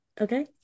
Okay